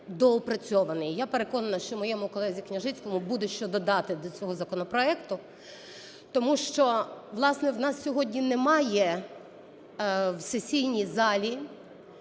(доопрацьований). Я переконана, що моєму колезі Княжицькому буде що додати до цього законопроекту. Тому що власне у нас сьогодні немає в сесійній залі